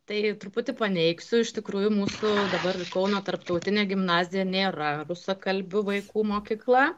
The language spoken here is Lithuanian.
tai truputį paneigsiu iš tikrųjų mūsų dabar kauno tarptautinė gimnazija nėra rusakalbių vaikų mokykla